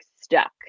stuck